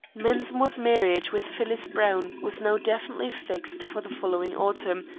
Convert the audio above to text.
mensmore's marriage with phyllis browne was now definitely fixed for the following autumn,